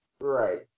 Right